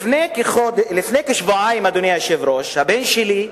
לפני כשבועיים, אדוני היושב-ראש, הבן שלי,